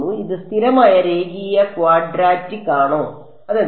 ഇത് സ്ഥിരമായ രേഖീയ ക്വാഡ്രാറ്റിക് ആണോ അതെന്താണ്